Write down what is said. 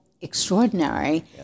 extraordinary